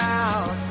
out